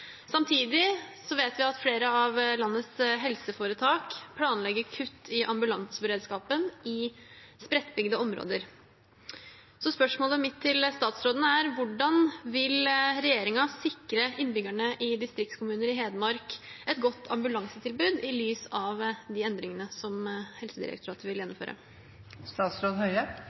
Samtidig vurderer eller planlegger flere av landets helseforetak kutt i ambulanseberedskapen i spredtbygde områder. Hvordan vil statsråden sikre innbyggerne i distriktskommuner i Hedmark et godt ambulansetilbud i lys av dette?» I stortingsmeldingen om akuttmedisinsk beredskap fra 1999 ble de